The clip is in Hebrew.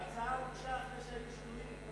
ההצעה הוגשה אחרי שהיו שינויים.